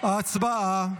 הצבעה.